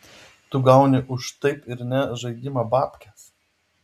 tu gauni už taip ir ne žaidimą bapkes